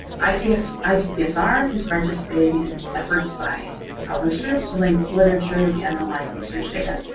icpsr icpsr is participating in efforts by the publishers to link literature with the underlying research data.